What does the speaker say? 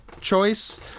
choice